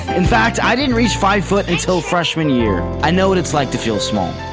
in fact, i didn't reach five foot until freshman year. i know what it's like to feel small.